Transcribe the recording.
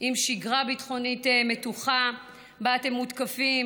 עם שגרה ביטחונית מתוחה שבה אתם מותקפים